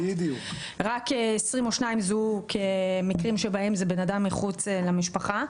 רק 22 זוהו כמקרים שבהם זה בן אדם מחוץ למשפחה,